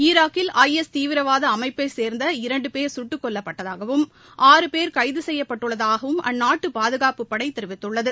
ஈராக்கில் I S தீவிரவாத அமைப்பைச்சேர்ந்த இரண்டு பேர் கட்டுக் கொல்லப்பட்டதாகவும் ஆறு பேர் கைது செய்யப்பட்டுள்ளதாகவும் அந்நாட்டு பாதுகாப்புப்படை தெரிவித்துள்ளது